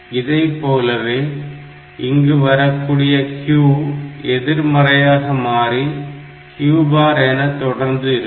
இதைப்போலவே இங்கு வரக்கூடிய Q எதிர்மறையாக மாறி Q பார் என தொடர்ந்து இருக்கும்